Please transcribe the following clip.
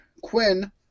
Quinn